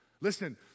Listen